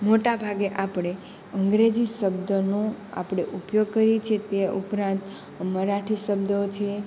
મોટાભાગે આપણે અંગ્રેજી શબ્દનું આપણે ઉપયોગ કરીએ છે તે ઉપરાંત મરાઠી શબ્દો છે